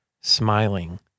smiling